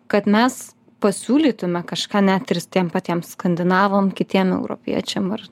kad mes pasiūlytume kažką net ir tiem patiem skandinavam kitiem europiečiam ar